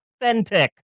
authentic